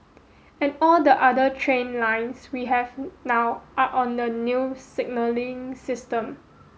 and all the other train lines we have now are on the new signalling system